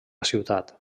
ciutat